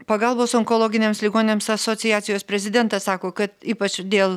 pagalbos onkologiniams ligoniams asociacijos prezidentas sako kad ypač dėl